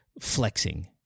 flexing